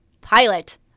pilot